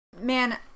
man